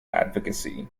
advocacy